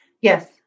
Yes